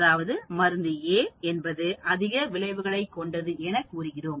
அதாவது மருந்து A என்பது அதிக விளைவுகளை கொண்டது எனக் கூறுகிறோம்